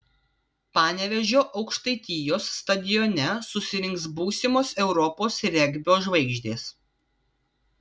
panevėžio aukštaitijos stadione susirinks būsimos europos regbio žvaigždės